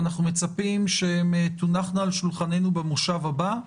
אנחנו מצפים שהן יונחו על שולחננו במושב הבא.